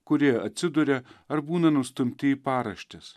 kurie atsiduria ar būna nustumti į paraštes